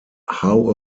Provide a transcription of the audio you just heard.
how